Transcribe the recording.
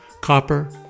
copper